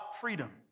freedom